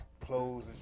clothes